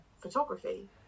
photography